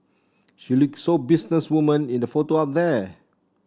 she look so business woman in the photo up there